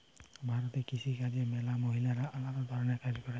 ভারতে কৃষি কাজে ম্যালা মহিলারা আলদা ধরণের কাজ করে